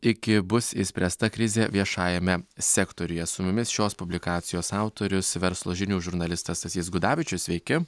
iki bus išspręsta krizė viešajame sektoriuje su mumis šios publikacijos autorius verslo žinių žurnalistas stasys gudavičius sveiki